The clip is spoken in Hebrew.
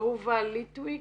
אהובה ליטוויק,